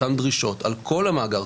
אותם דרישות על כל המאגר,